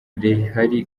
rihari